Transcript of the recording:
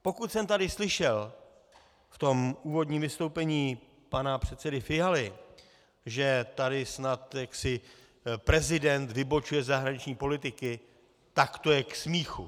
Pokud jsem tady slyšel v úvodním vystoupení pana předsedy Fialy, že tady snad prezident vybočuje ze zahraniční politiky, tak to je k smíchu.